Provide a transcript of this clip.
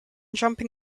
jumping